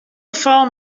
gefal